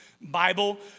Bible